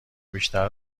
بیشتر